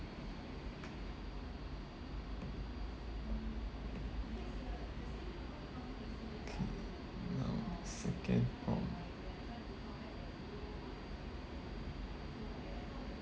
okay now second prompt